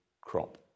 crop